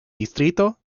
distrito